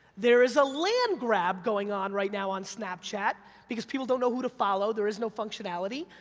there is a land grab going on right now on snapchat, because people don't know who to follow, there is no functionality,